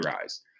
rise